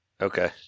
Okay